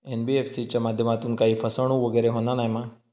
NBFC च्या माध्यमातून काही फसवणूक वगैरे होना नाय मा?